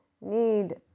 need